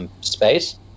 space